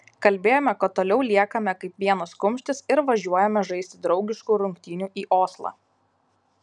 kalbėjome kad toliau liekame kaip vienas kumštis ir važiuojame žaisti draugiškų rungtynių į oslą